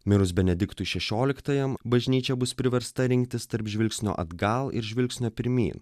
mirus benediktui šešioliktajam bažnyčia bus priversta rinktis tarp žvilgsnio atgal ir žvilgsnio pirmyn